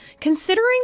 considering